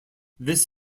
this